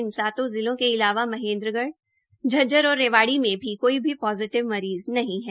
इन सातों जिलों के अलावा महेन्द्रगढ़ झज्जर और रेवाड़ी में भी कोई भी पोजिटिव मरीज़ नहीं है